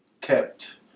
kept